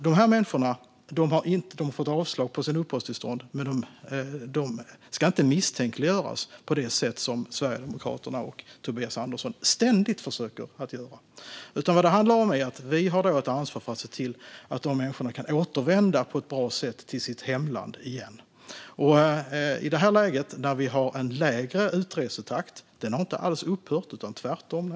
De här människorna har fått avslag om uppehållstillstånd, men de ska inte misstänkliggöras på det sätt som Sverigedemokraterna och Tobias Andersson ständigt försöker göra. Vi har ett ansvar för att se till att dessa människor kan återvända på ett bra sätt till sitt hemland. Även om vi nu har ett läge med en lägre utresetakt har utresorna inte alls upphört, tvärtom.